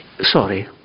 sorry